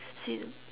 see